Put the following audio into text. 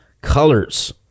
colors